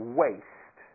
waste